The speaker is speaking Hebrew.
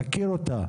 אני מכיר אותה.